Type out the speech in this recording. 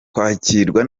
kwakirwa